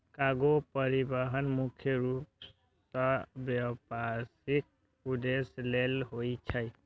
cargo परिवहन मुख्य रूप सं व्यावसायिक उद्देश्य लेल होइ छै